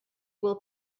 will